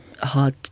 hard